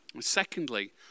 Secondly